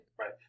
Right